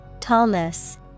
Tallness